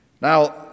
Now